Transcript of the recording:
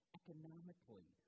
economically